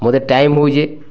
ମୋତେ ଟାଇମ୍ ହେଉଛି